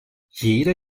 jede